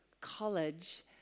college